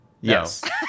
Yes